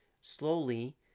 slowly